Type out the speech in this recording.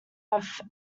have